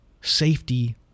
safety